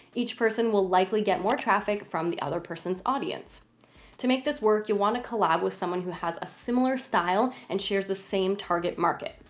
each person will likely get more traffic from the other person's audience to make this work, you want to collab with someone who has a similar style and shares the same target market.